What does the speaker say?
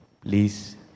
Please